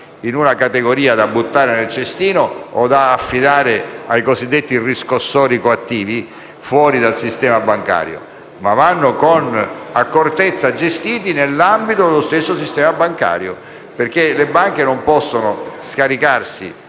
un'unica categoria da gettare nel cestino o da affidare ai cosiddetti riscossori coattivi fuori dal sistema bancario, ma vanno gestiti con accortezza nell'ambito dello stesso sistema bancario, perché le banche non possono scaricare